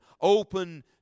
open